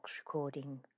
recording